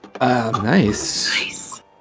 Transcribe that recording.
Nice